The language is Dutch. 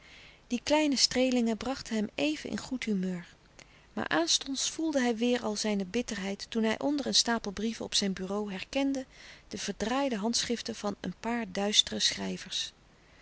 die kleine streelingen brachten hem even in goed humeur maar aanstonds voelde hij weêr al zijne bitterheid toen hij onder een stapel brieven op zijn bureau herkende de verdraaide handschriften van een paar duistere schrijvers